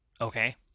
okay